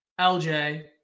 LJ